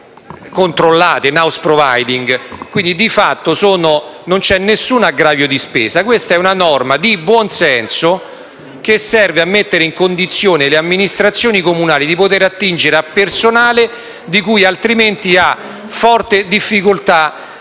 società controllate *in* *house providing*. Di fatto, quindi, non c'è alcun aggravio di spesa, questa è una norma di buon senso che serve a mettere in condizione le amministrazioni comunali di poter attingere a personale che altrimenti ha forte difficoltà